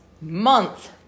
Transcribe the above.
month